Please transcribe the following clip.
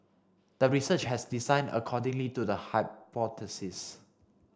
the research has designed accordingly to the hypothesis